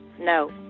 No